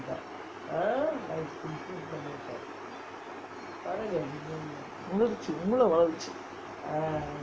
வளர்ச்சி மூள வளர்ச்சி:valarchi mula valarchi